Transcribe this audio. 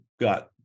got